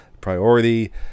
priority